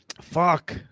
Fuck